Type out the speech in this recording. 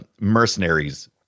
mercenaries